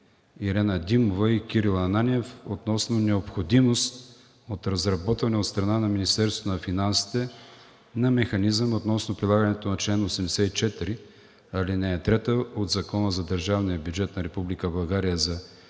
Ирена Димова и Кирил Ананиев относно необходимост от разработване от страна на Министерството на финансите на механизъм относно прилагането на чл. 84, ал. 3 от Закона за държавния бюджет на Република